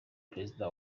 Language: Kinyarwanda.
perezida